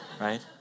right